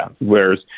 Whereas